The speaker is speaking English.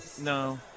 No